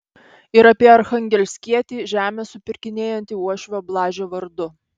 ir apie archangelskietį žemę supirkinėjantį uošvio blažio vardu